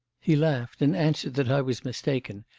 he laughed, and answered that i was mistaken,